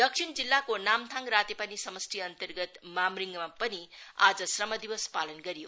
दक्षिण जिल्लाको नामथाङ रातेपानी समष्टिअन्तर्गत मामरिङमा पनि आज श्रम दिवस पालन गरियो